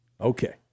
Okay